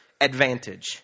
advantage